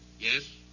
Yes